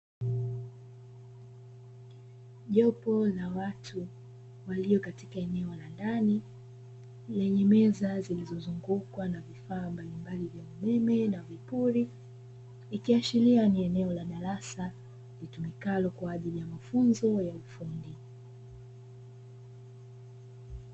Jopo la watu waliokatika eneo la ndani lenye meza iliyozungukwa na vifaa mbalimbali vya umeme na vipuli, ikiashiria ni eneo la darasa litumikalo kwa ajili ya mafunzo ya ufundi.